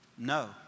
No